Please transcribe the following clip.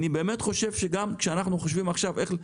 אני באמת חושב שגם כשאנחנו חושבים עכשיו איך,